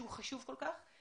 מה שחשוב כל כך.